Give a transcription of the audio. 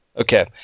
Okay